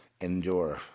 endure